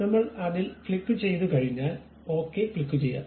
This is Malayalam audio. നമ്മൾ അതിൽ ക്ലിക്കു ചെയ്തു കഴിഞ്ഞാൽ ഓക്കേ ക്ലിക്കുചെയ്യാം